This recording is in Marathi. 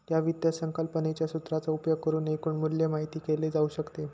या वित्त संकल्पनेच्या सूत्राचा उपयोग करुन एकूण मूल्य माहित केले जाऊ शकते